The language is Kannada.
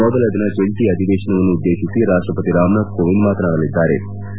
ಮೊದಲ ದಿನ ಜಂಟಿ ಅಧಿವೇಶನವನ್ನುದ್ದೇಶಿಸಿ ರಾಷ್ಟಪತಿ ರಾಮನಾಥ್ ಕೋವಿಂದ್ ಮಾತನಾಡಲಿದ್ಗಾರೆ